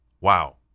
Wow